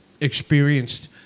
experienced